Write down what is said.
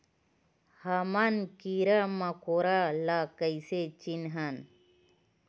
हमन कीरा मकोरा ला कइसे चिन्हन?